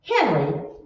Henry